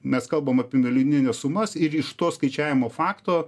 mes kalbam apie milijonines sumas ir iš to skaičiavimo fakto